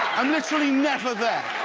i'm literally never there.